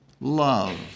love